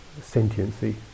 sentiency